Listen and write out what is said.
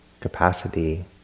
capacity